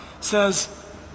says